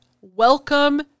welcome